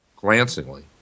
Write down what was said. glancingly